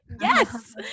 yes